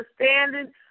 understanding